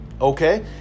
okay